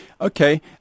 Okay